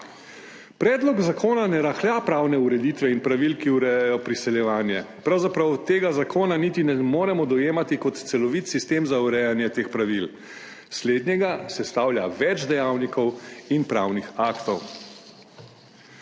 Predlog zakona ne rahlja pravne ureditve in pravil, ki urejajo priseljevanje, pravzaprav tega zakona niti ne moremo dojemati kot celovitega sistema za urejanje teh pravil. Slednjega sestavlja več dejavnikov in pravnih aktov.